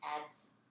adds